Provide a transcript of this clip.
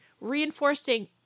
reinforcing